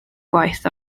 gwaith